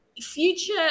future